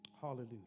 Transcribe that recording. Hallelujah